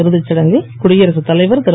இறுதிச் சடங்கில் குடியரசுத் தலைவர் திரு